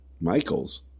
Michael's